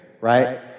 right